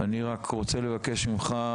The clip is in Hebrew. אני רק רוצה לבקש ממך,